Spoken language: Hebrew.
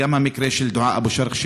גם במקרה של דועאא אבו שרח,